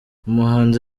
umuhanzi